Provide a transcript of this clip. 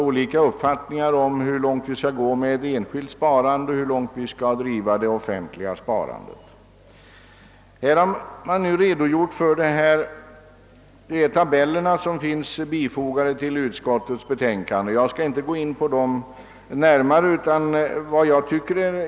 Olika uppfattningar om hur långt vi skall gå med enskilt sparande och hur långt vi skall driva det offentliga sparandet föreligger också. Tidigare i debatten har redogjorts för de tabeller som finns bifogade till utskottets betänkande. Jag skall därför inte gå närmare in på dem.